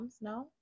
No